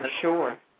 sure